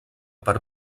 per